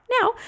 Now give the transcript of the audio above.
Now